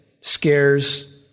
scares